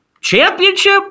championship